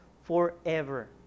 forever